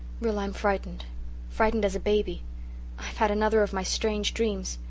rilla i'm frightened frightened as a baby i've had another of my strange dreams.